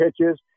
pitches